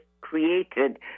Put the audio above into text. created